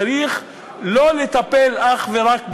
צריך לא לטפל אך ורק בסימפטומים,